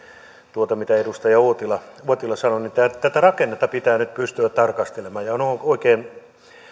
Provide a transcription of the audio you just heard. tuota mitä edustaja uotila uotila sanoi niin tätä rakennetta pitää nyt pystyä tarkastelemaan